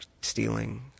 stealing